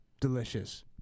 delicious